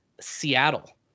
Seattle